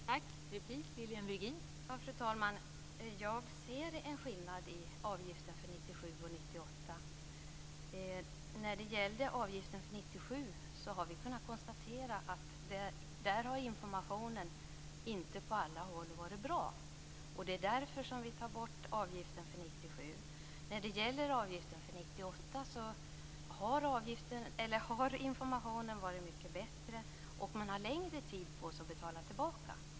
Fru talman! Jag ser en skillnad mellan avgiften för 1997 och avgiften för 1998. När det gäller avgiften för 1997 har man kunnat konstatera att informationen inte har varit bra på alla håll, och det är därför som vi tar bort avgiften för 1997. När det gäller avgiften för 1998 har informationen varit mycket bättre, och man har längre tid på sig att betala tillbaka.